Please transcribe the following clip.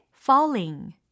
Falling